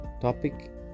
topic